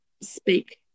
speak